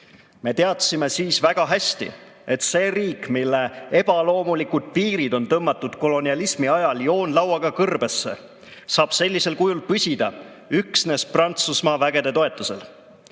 Me teadsime väga hästi, et see riik, mille ebaloomulikud piirid on tõmmatud kolonialismi ajal joonlauaga kõrbesse, saab sellisel kujul püsida üksnes Prantsusmaa vägede toetusel.